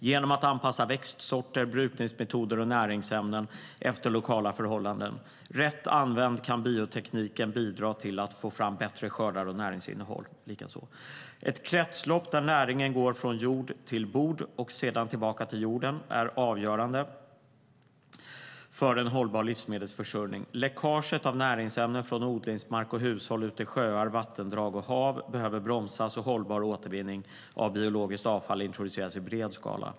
Genom att anpassa växtsorter, brukningsmetoder och näringsämnen efter lokala förhållanden kan biotekniken rätt använd bidra till att få fram bättre skördar och likaså näringsinnehåll. Ett kretslopp där näringen går från jord till bord och sedan tillbaka till jorden är avgörande för en hållbar livsmedelsförsörjning. Läckaget av näringsämnen från odlingsmark och hushåll ut till sjöar, vattendrag och hav behöver bromsas och hållbar återvinning av biologiskt avfall introduceras i bred skala.